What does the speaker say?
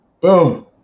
Boom